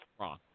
wrong